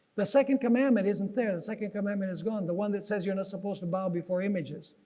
the second commandment isn't there. the second commandment is gone. the one that says you're not supposed to bow before images.